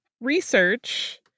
research